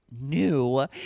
new